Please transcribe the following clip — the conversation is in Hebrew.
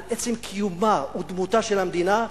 על עצם קיומה ודמותה של המדינה.